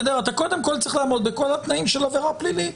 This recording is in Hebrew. אתה קודם כל צריך לעמוד בכל התנאים של עבירה פלילית,